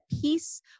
peace